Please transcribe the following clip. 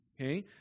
Okay